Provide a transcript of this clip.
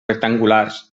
rectangulars